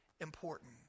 important